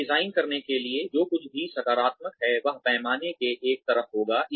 इसे डिजाइन करने के लिए जो कुछ भी सकारात्मक है वह पैमाने के एक तरफ होगा